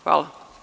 Hvala.